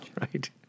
right